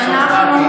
ואנחנו,